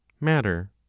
matter